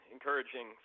Encouraging